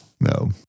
No